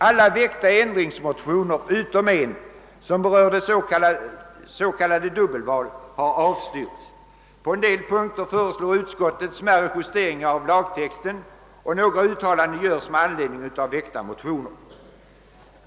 Alla motioner med ändringsförslag utom en, som berör s.k. dubbelval, har avstyrkts. På en del punkter föreslår utskottet justeringar av lagtexten, och några uttalanden görs med anledning av väckta motioner.